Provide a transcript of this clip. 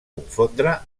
confondre